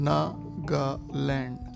Nagaland